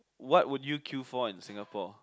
what would you queue for in Singapore